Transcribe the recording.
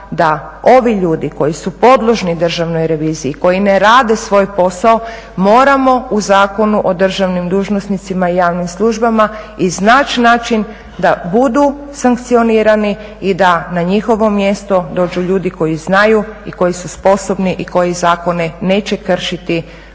da ovi ljudi koji su podložni državnoj reviziji, koji ne rade svoj posao moramo u Zakonu o državnim dužnosnicima i javnim službama iznaći način da budu sankcionirani i da na njihovo mjesto dođu ljudi koji znaju i koji su sposobni i koji zakone neće kršiti na